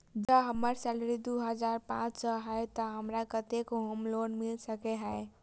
जँ हम्मर सैलरी दु हजार पांच सै हएत तऽ हमरा केतना होम लोन मिल सकै है?